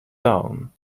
down